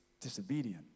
disobedient